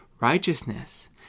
Righteousness